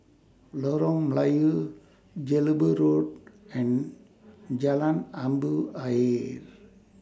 Lorong Melayu Jelebu Road and Jalan Jambu Ayer